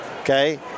Okay